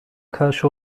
karşı